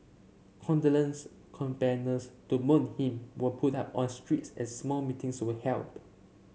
condolence banners to mourn him were put up on streets and small meetings were held